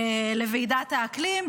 לוועידת האקלים,